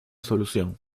solución